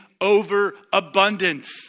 overabundance